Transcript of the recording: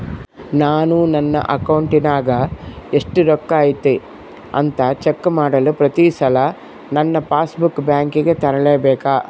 ನಾನು ನನ್ನ ಅಕೌಂಟಿನಾಗ ಎಷ್ಟು ರೊಕ್ಕ ಐತಿ ಅಂತಾ ಚೆಕ್ ಮಾಡಲು ಪ್ರತಿ ಸಲ ನನ್ನ ಪಾಸ್ ಬುಕ್ ಬ್ಯಾಂಕಿಗೆ ತರಲೆಬೇಕಾ?